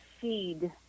feed